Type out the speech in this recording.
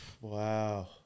Wow